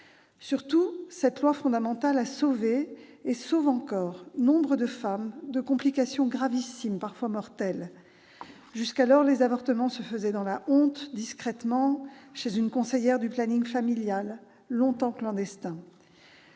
Surtout, cette loi fondamentale a sauvé, et sauve encore, nombre de femmes de complications gravissimes, parfois mortelles. Jusqu'alors, les avortements se faisaient dans la honte, discrètement, chez une conseillère du planning familial, qui resta longtemps clandestin.